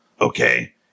okay